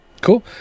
cool